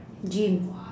gym